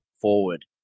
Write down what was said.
forward